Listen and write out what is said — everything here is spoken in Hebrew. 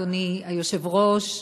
אדוני היושב-ראש,